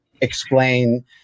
explain